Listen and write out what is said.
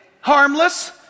harmless